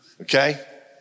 Okay